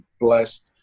blessed